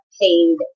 paid